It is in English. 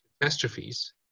Catastrophes